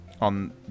on